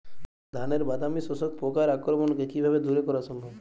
ধানের বাদামি শোষক পোকার আক্রমণকে কিভাবে দূরে করা সম্ভব?